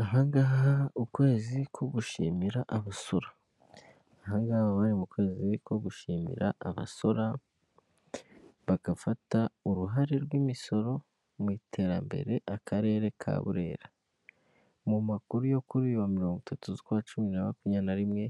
Aha ngha ukwezi ko gushimira abasura, aha ngaha ba bari mu kwezi ko gushimira abasora, bagafata uruhare rw'imisoro mu iterambere akarere ka Burera. Mu makuru yo kuri uyu wa mirongo itatu zu kwa cumi bibiri na makumyabiri na rimwe,